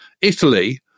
Italy